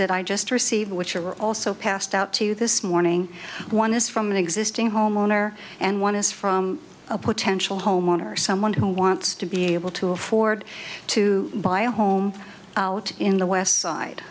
that i just received which are also passed out to you this morning one is from an existing homeowner and one is from a potential homeowner someone who wants to be able to afford to buy a home in the west side